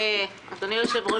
אדוני היושב ראש,